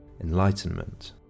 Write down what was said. enlightenment